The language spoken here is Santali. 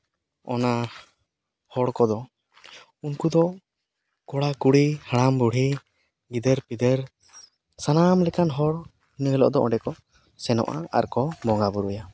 ᱚᱱᱟ ᱦᱚᱲ ᱠᱚᱫᱚ ᱩᱱᱠᱩ ᱫᱚ ᱠᱚᱲᱟᱼᱠᱩᱲᱤ ᱦᱟᱲᱟᱢᱼᱵᱩᱲᱦᱤ ᱜᱤᱫᱟᱹᱨᱼᱯᱤᱫᱟᱹᱨ ᱥᱟᱱᱟᱢ ᱞᱮᱠᱟᱱ ᱦᱚᱲ ᱤᱱᱟᱹ ᱦᱤᱞᱳᱜ ᱫᱚ ᱚᱸᱰᱮ ᱠᱚ ᱥᱮᱱᱚᱜᱼᱟ ᱟᱨ ᱠᱚ ᱵᱚᱸᱜᱟ ᱵᱩᱨᱩᱭᱟ